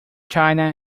china